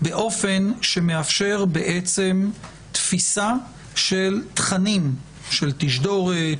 באופן שמאפשר תפיסה של תכנים של תשדורות,